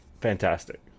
fantastic